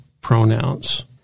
pronouns